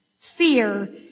Fear